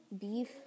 beef